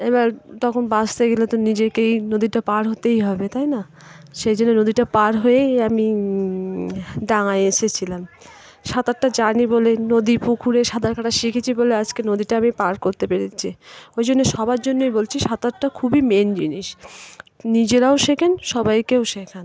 এবার তখন বাঁচতে গেলে তো নিজেকেই নদীটা পার হতেই হবে তাই না সেই জন্য নদীটা পার হয়েই আমি ডাঙায় এসেছিলাম সাঁতারটা জানি বলে নদী পুকুরে সাঁতার কাটা শিখেছি বলে আজকে নদীটা আমি পার করতে পেরেছি ওই জন্য সবার জন্যই বলছি সাঁতারটা খুবই মেন জিনিস নিজেরাও শেখেন সবাইকেও শেখান